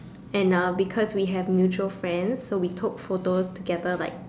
and uh because we have mutual friends so we took photos together like